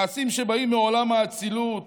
מעשים שבאים מעולם האצילות.